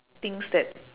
things that